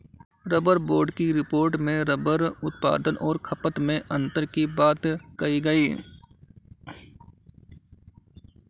rubber board की report में rubber उत्पादन और खपत में अन्तर की बात कही गई